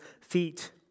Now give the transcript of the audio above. feet